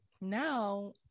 now